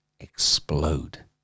explode